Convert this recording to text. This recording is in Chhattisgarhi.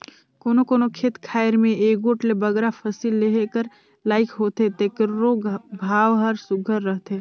कोनो कोनो खेत खाएर में एगोट ले बगरा फसिल लेहे कर लाइक होथे तेकरो भाव हर सुग्घर रहथे